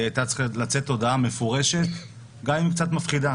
הייתה צריכה לצאת הודעה מפורשת, גם אם קצת מפחידה.